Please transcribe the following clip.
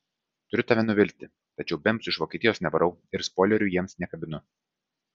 turiu tave nuvilti tačiau bemsų iš vokietijos nevarau ir spoilerių jiems nekabinu